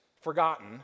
forgotten